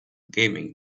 gaming